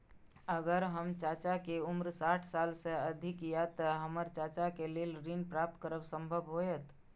अगर हमर चाचा के उम्र साठ साल से अधिक या ते हमर चाचा के लेल ऋण प्राप्त करब संभव होएत?